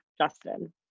Justin